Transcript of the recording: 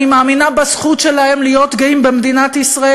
אני מאמינה בזכות שלהם להיות גאים במדינת ישראל,